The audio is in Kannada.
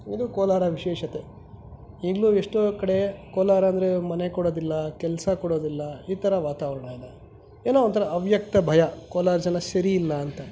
ಇದು ಕೋಲಾರ ವಿಶೇಷತೆ ಈಗಲೂ ಎಷ್ಟೋ ಕಡೆ ಕೋಲಾರ ಅಂದರೆ ಮನೆ ಕೊಡೋದಿಲ್ಲ ಕೆಲಸ ಕೊಡೋದಿಲ್ಲ ಈ ಥರ ವಾತಾವರಣ ಇದೆ ಏನೋ ಒಂಥರ ಅವ್ಯಕ್ತ ಭಯ ಕೋಲಾರ ಜನ ಸರಿಯಿಲ್ಲ ಅಂತ